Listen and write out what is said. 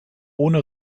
ohne